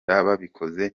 babikoze